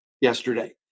yesterday